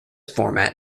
format